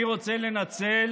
אני רוצה לנצל